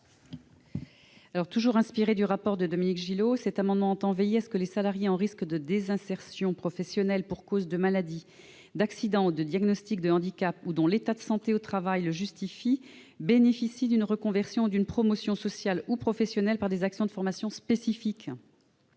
Toujours inspiré du rapport de Dominique Gillot, le présent amendement a pour objet de veiller à ce que les salariés qui courent un risque de désinsertion professionnelle pour cause de maladie, d'accident ou de handicap diagnostiqué, ou dont l'état de santé au travail le justifie, bénéficient d'une reconversion ou d'une promotion sociale ou professionnelle grâce à des actions de formation spécifiques.